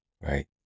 Right